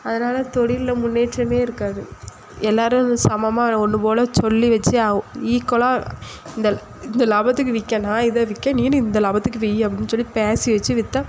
அதனால் தொழில்ல முன்னேற்றமே இருக்காது எல்லாரும் சமமாக ஒன்றுபோல சொல்லி வச்சு அவு ஈக்குவலாக இந்த இந்த லாபத்துக்கு விற்க நான் இதை விற்க நீனும் இந்த லாபத்துக்கு வீய்யி அப்படின்னு சொல்லி பேசி வச்சு விற்றா